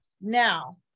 Now